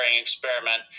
experiment